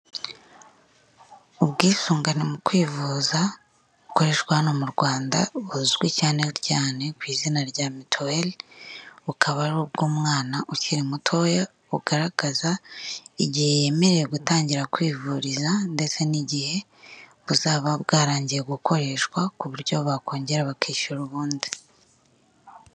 Ubwisungane mu kwivuza bukoreshwana mu Rwanda buzwi cyane cyane ku izina rya mituweli, bukaba ari ubw'umwana ukiri mutoya ugaragaza igihe yemerewe gutangira kwivuriza ndetse n' igihe buzaba bwarangiye gukoreshwa, ku buryo bakongera bakishyura ubundi.